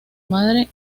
madre